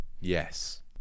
Yes